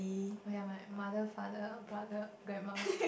oh ya my mother father brother grandma